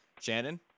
Shannon